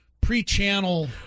pre-channel